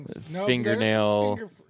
fingernail